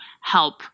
help